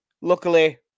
Luckily